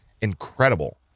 incredible